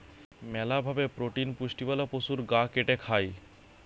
মেলা ভাবে প্রোটিন পুষ্টিওয়ালা পশুর গা কেটে খায়